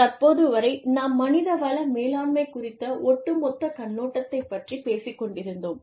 தற்போது வரை நாம் மனிதவள மேலாண்மை குறித்த ஒட்டுமொத்த கண்ணோட்டத்தை பற்றி பேசிக் கொண்டிருந்தோம்